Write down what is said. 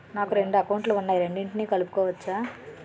నాకు రెండు అకౌంట్ లు ఉన్నాయి రెండిటినీ కలుపుకోవచ్చా?